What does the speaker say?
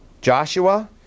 Joshua